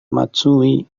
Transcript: matsui